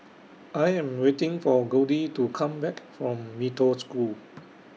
I Am waiting For Goldie to Come Back from Mee Toh School